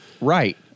Right